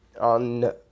on